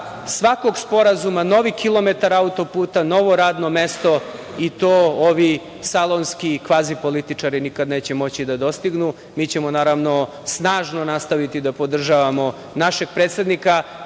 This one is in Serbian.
svakog sporazuma novi kilometar autoputa, novo radno mesto i to ovi salonski kvazi političari nikada neće moći da dostignu. Mi ćemo naravno snažno nastaviti da podržavamo našeg predsednika. Kao